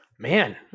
Man